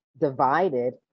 divided